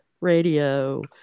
radio